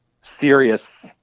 serious